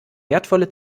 wertvolle